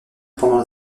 pendant